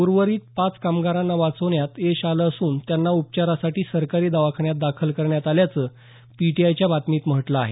उर्वरित पाच कामगारांना वाचवण्यात यश आलं असून त्यांना उपचारासाठी सरकारी दवाखान्यात दाखल करण्यात आल्याचं पीटीआय च्या बातमीत म्हटलं आहे